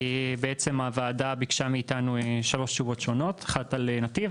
בעצם הוועדה ביקשה מאיתנו שלוש תשובות שונות אחת על נתיב,